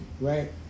Right